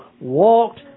walked